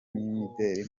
n’imideri